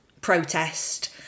protest